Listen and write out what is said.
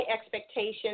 expectations